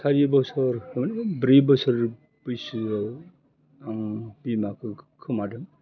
सारि बसर माने ब्रै बसर बैसो आं बिमाफोरखौ खोमदों